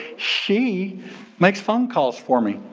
she makes phone calls for me.